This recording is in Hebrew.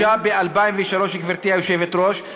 הוגשה ב-2003, גברתי היושבת-ראש.